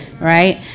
right